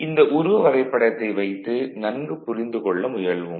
இந்த உருவ வரைபடத்தை வைத்து நன்கு புரிந்து கொள்ள முயல்வோம்